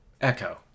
Echo